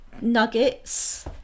nuggets